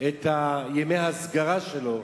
את ימי ההסגר שלו,